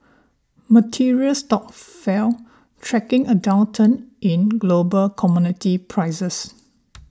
materials stocks fell tracking a downturn in global commodity prices